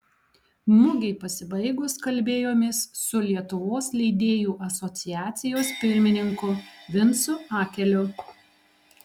mugei pasibaigus kalbėjomės su lietuvos leidėjų asociacijos pirmininku vincu akeliu